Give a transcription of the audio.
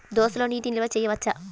దోసలో నీటి నిల్వ చేయవచ్చా?